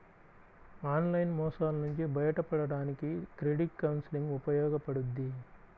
online మోసాల నుంచి బయటపడడానికి క్రెడిట్ కౌన్సిలింగ్ ఉపయోగపడుద్ది